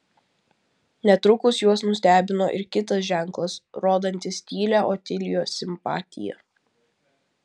netrukus juos nustebino ir kitas ženklas rodantis tylią otilijos simpatiją